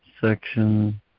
Section